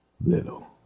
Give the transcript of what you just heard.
little